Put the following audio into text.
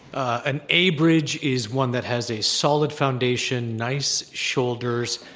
an a bridge is one that has a solid foundation, nice shoulders,